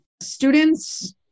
students